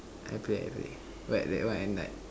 I play I play but that one at night